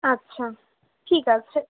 আচ্ছা ঠিক আছে